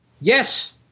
Yes